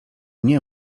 nie